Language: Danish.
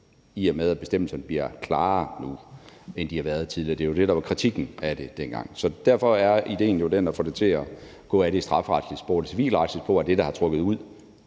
i og med at bestemmelserne bliver klarere nu, end de har været tidligere. Det var jo det, der var kritikken af det dengang, så derfor er idéen at få det til at gå ad det strafferetlige spor. Det civilretlige spor er det, der har trukket ud